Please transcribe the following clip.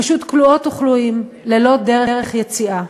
פשוט כלואות וכלואים ללא דרך יציאה.